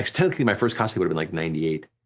technically my first cosplay was like ninety eight.